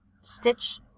stitch